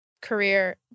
career